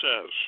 says